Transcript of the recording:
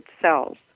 cells